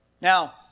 Now